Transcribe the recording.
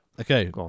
Okay